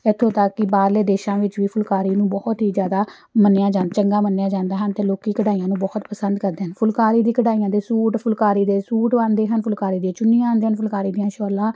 ਇਥੋਂ ਤੱਕ ਕਿ ਬਾਹਰਲੇ ਦੇਸ਼ਾਂ ਵਿੱਚ ਵੀ ਫੁਲਕਾਰੀ ਨੂੰ ਬਹੁਤ ਹੀ ਜ਼ਿਆਦਾ ਮੰਨਿਆ ਜਾਂਦਾ ਚੰਗਾ ਮੰਨਿਆ ਜਾਂਦਾ ਹਨ ਅਤੇ ਲੋਕ ਕਢਾਈਆਂ ਨੂੰ ਬਹੁਤ ਪਸੰਦ ਕਰਦੇ ਹਨ ਫੁਲਕਾਰੀ ਦੀ ਕਢਾਈਆਂ ਦੇ ਸੂਟ ਫੁਲਕਾਰੀ ਦੇ ਸੂਟ ਬਣਦੇ ਹਨ ਫੁਲਕਾਰੀ ਦੀਆਂ ਚੁੰਨੀਆਂ ਆਉਂਦੀਆਂ ਹਨ ਫੁਲਕਾਰੀ ਦੀਆਂ ਸ਼ੋਲਾਂ